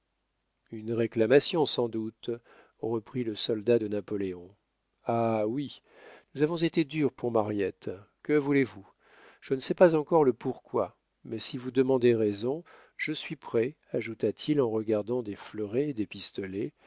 une réclamation sans doute reprit le soldat de napoléon ah oui nous avons été durs pour mariette que voulez-vous je ne sais pas encore pourquoi mais si vous demandez raison je suis prêt ajouta-t-il en regardant des fleurets et des pistolets